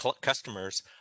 customers